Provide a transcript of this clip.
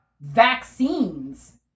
vaccines